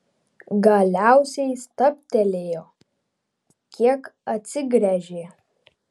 galiausiai stabtelėjo kiek atsigręžė